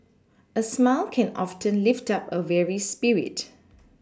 a smile can often lift up a weary spirit